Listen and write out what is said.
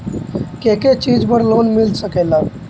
के के चीज पर लोन मिल सकेला?